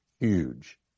huge